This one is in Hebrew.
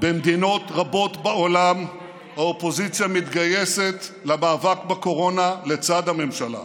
במדינות רבות בעולם האופוזיציה מתגייסת למאבק בקורונה לצד הממשלה.